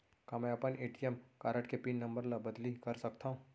का मैं अपन ए.टी.एम कारड के पिन नम्बर ल बदली कर सकथव?